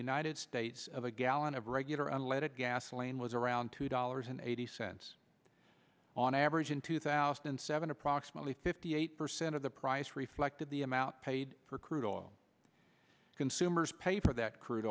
united states of a gallon of regular unleaded gasoline was around two dollars and eighty cents on average in two thousand and seven approximately fifty eight percent of the price reflected the amount paid for crude oil consumers pay for that crude